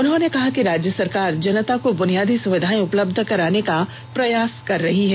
उन्होंने कहा कि राज्य सरकार जनता को बुनियादी सुविधाएं उपलब्ध कराने का प्रयास कर रही है